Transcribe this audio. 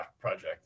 Project